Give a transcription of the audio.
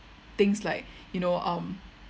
things like you know um